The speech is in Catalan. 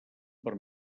per